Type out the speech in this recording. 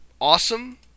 awesome